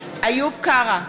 נגד איוב קרא,